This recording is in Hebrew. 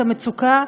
את המצוקה,